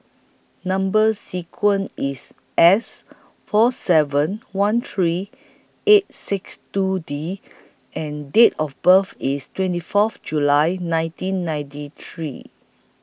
Number sequence IS S four seven one three eight six two D and Date of birth IS twenty forth July nineteen ninety three